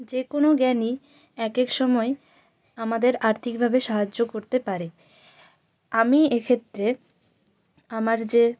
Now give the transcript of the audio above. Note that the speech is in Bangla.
যে কোনো জ্ঞানই এক এক সময় আমাদের আর্থিকভাবে সাহায্য করতে পারে আমি এ ক্ষেত্রে আমার যে